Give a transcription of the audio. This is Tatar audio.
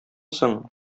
соң